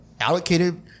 allocated